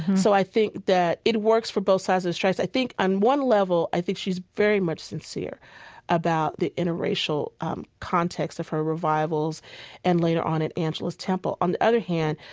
so i think that it works for both sides of her strengths. i think, on one level, i think she's very much sincere about the interracial context of her revivals and later on at angelus temple. on the other hand,